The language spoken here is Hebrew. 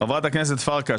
חברת הכנסת פרקש,